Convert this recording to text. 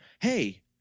hey